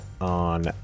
on